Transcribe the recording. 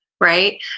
right